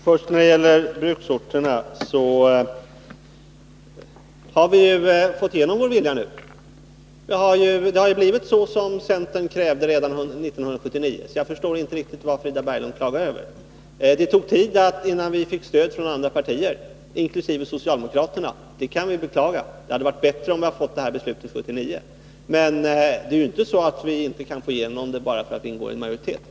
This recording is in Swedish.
Fru talman! När det gäller bruksorterna har vi ju fått igenom vår vilja. Det har ju blivit så som centern krävde redan 1979. Därför förstår jag inte riktigt vad Frida Berglund klagar över. Det tog tid innan vi fick stöd av andra partier, inkl. socialdemokraterna. Det beklagar vi, eftersom det hade varit bättre, om vi hade fattat beslutet 1979. Men det är ju inte så, att vi kunde få igenom det bara därför att vi tillhör en majoritet.